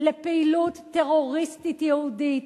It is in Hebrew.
לפעילות טרוריסטית יהודית.